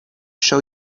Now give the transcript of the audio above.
show